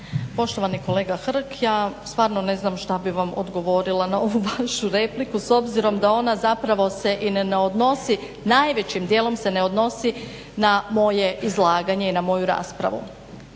Poštovani kolega Hrg, ja stvarno ne znam šta bi vam odgovorila na ovu vašu repliku s obzirom da ona zapravo se i ne odnosi, najvećim dijelom se ne odnosi na moje izlaganje i na moju raspravu.